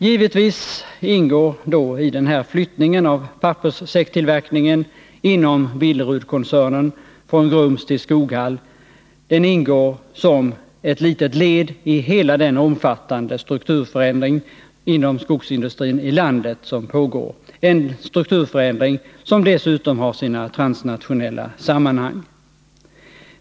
Givetvis ingår då den här flyttningen av papperssäckstillverkningen inom Billerudkoncernen från Grums till Skoghall som ett litet led i hela den omfattande strukturförändringen inom skogsindustrin i landet — en strukturförändring som dessutom har sina transnationella sammanhang.